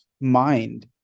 mind